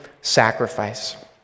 sacrifice